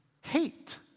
hate